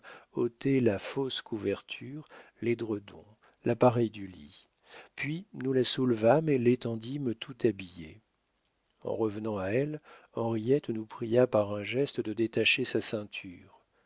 ôtait la fausse couverture l'édredon l'appareil du lit puis nous la soulevâmes et l'étendîmes tout habillée en revenant à elle henriette nous pria par un geste de détacher sa ceinture